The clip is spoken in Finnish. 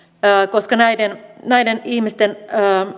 koska näiden näiden ihmisten